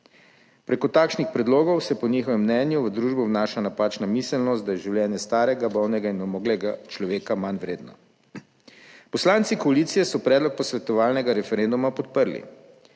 Preko takšnih predlogov se po njihovem mnenju v družbo vnaša napačna miselnost, da je življenje starega, bolnega in onemoglega človeka manj vredno. Poslanci koalicije so predlog posvetovalnega referenduma podprli.